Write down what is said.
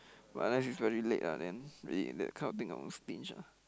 but unless it's very late ah then it that kind of thing I won't stinge ah